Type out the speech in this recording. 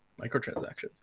microtransactions